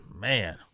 Man